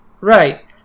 right